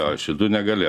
jo šitų negali